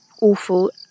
awful